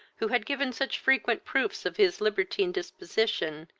who had given such frequent proofs of his libertine disposition,